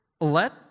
Let